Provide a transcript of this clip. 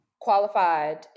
qualified